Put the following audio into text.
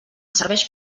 serveix